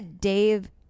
Dave